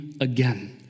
again